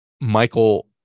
Michael